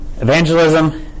Evangelism